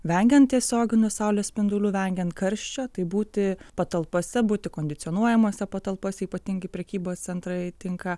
vengiant tiesioginių saulės spindulių vengiant karščio tai būti patalpose būti kondicionuojamose patalpose ypatingai prekybos centrai tinka